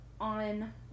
on